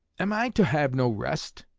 am i to have no rest?